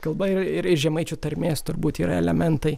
kalba ir ir žemaičių tarmės turbūt yra elementai